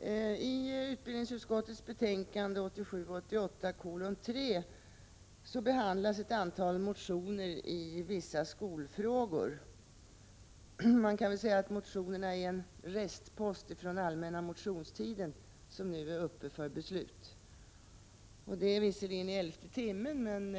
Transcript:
Herr talman! I utbildningsutskottets betänkande 1987/88:3 behandlas ett antal motioner i vissa skolfrågor. Man kan väl säga att motionerna är en 89 restpost från allmänna motionstiden, en restpost som nu är uppe för beslut. Det är visserligen i elfte timmen, men